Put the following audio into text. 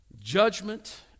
judgment